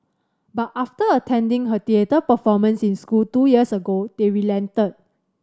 but after attending her theatre performance in school two years ago they relented